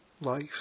life